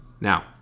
Now